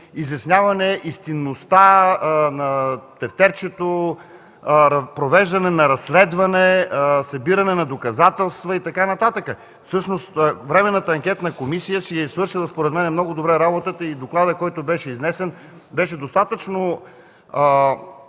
изясняване истинността на тефтерчето, провеждане на разследване, събиране на доказателства и така нататък. Всъщност Временната анкетна комисия си е свършила, според мен, много добре работата и докладът, който беше изнесен, бе достатъчно